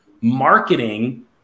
marketing